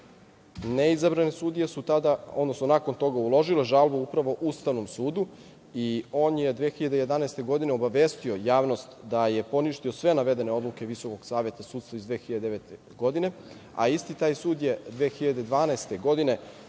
Neizabrane sudije su tada, odnosno nakon toga, uložile žalbu upravo Ustavnom sudu, i on je 2011. godine obavestio javnost da je poništio sve navedene odluke Visokog Saveta sudstva iz 2009. godine, a isti taj sud je 2012. godine